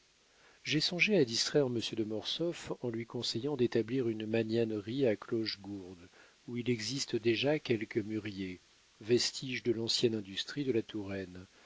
j'ai songé à distraire monsieur de mortsauf en lui conseillant d'établir une magnanerie à clochegourde où il existe déjà quelques mûriers vestiges de l'ancienne industrie de la touraine